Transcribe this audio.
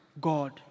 God